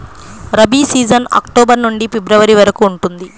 rabi season October నుండి February వరకు ఉంటుంది